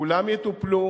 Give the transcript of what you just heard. כולם יטופלו,